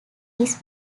his